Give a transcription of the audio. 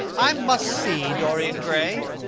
i must see dorian gray.